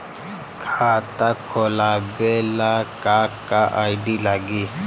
खाता खोलाबे ला का का आइडी लागी?